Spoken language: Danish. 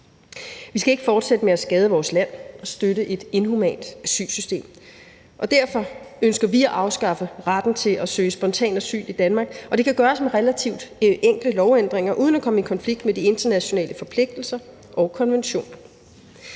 Vi skal ikke fortsætte med at skade vores land og støtte et inhumant asylsystem. Derfor skal vi selvfølgelig afskaffe retten til at søge spontant asyl i Danmark, og det kan gøres med relativt enkle lovændringer uden at komme i konflikt med de internationale forpligtelser og konventioner.